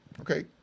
Okay